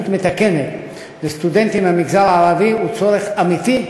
מתקנת לסטודנטים מהמגזר הערבי הוא צורך אמיתי,